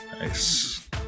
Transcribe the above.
Nice